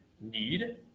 need